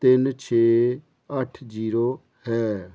ਤਿੰਨ ਛੇ ਅੱਠ ਜੀਰੋ ਹੈ